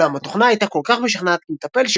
אולם התוכנה הייתה כל כך משכנעת כמטפל,